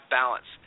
balance